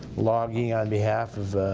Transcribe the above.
lobbying on behalf of,